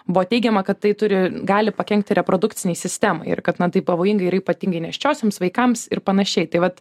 buvo teigiama kad tai turi gali pakenkti reprodukcinei sistemai ir kad na tai pavojinga ir ypatingai nėščiosioms vaikams ir panašiai tai vat